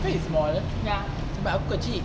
it is small but aku kecil